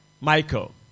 Michael